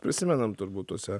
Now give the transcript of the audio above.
prisimenam turbūt tuose